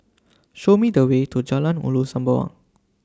Show Me The Way to Jalan Ulu Sembawang